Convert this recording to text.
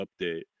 update